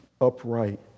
upright